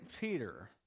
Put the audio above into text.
Peter